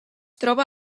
troba